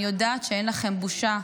אני יודעת שאין לכם בושה,